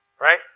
right